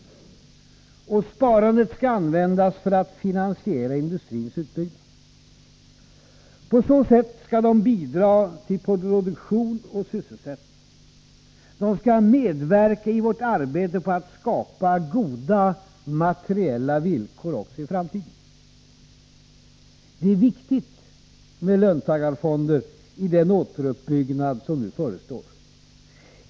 Sparandet skall användas för att finansiera industrins utbyggnad. På så sätt skall de bidra till vår produktion och sysselsättning. De skall medverka i vårt arbete på att skapa goda materiella villkor också i framtiden. Det är viktigt med löntagarfonder i den återuppbyggnad som nu förestår.